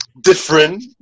different